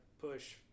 push